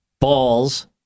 balls